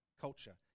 culture